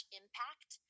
impact